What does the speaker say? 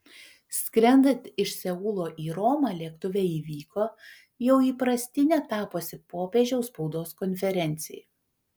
skrendant iš seulo į romą lėktuve įvyko jau įprastine tapusi popiežiaus spaudos konferencija